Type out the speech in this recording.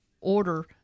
order